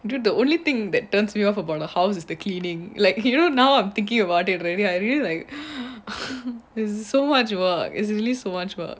you know the only thing that turns me off about the house is the cleaning like you know now I'm thinking about really I really it's so much you work it's really so much work